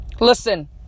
Listen